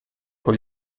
con